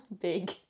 Big